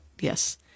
Yes